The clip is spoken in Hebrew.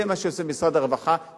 זה מה שעושה משרד הרווחה.